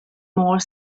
more